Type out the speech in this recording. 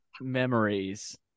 memories